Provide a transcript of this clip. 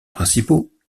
principaux